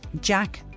Jack